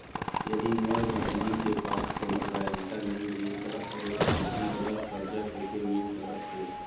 यदि मोर बहिनी के पास कोनो गरेंटेटर नई हे त ओला खेती बर कर्जा कईसे मिल सकत हे?